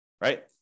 right